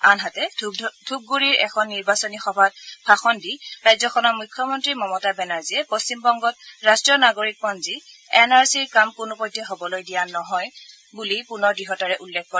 আনহাতে ধুপণুৰিৰ এখন নিৰ্বাচনী সভাত ভাষণ দি ৰাজ্যখনৰ মুখ্যমন্ত্ৰী মমতা বেনাৰ্জীয়ে পশ্চিমবংগত ৰাষ্ট্ৰীয় নাগৰিকপঞ্জী এন আৰ চিৰ কাম কোনোপধ্যে হ'বলৈ দিয়া নহয় বুলি পুনৰ দৃঢ়তাৰে উল্লেখ কৰে